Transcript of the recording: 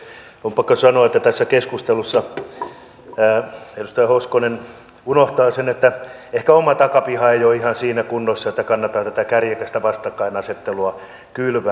on pakko sanoa että tässä keskustelussa edustaja hoskonen unohtaa sen että ehkä oma takapiha ei ole ihan siinä kunnossa että kannattaa tätä kärjekästä vastakkainasettelua kylvää